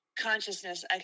consciousness